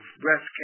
breast